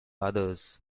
others